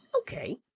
Okay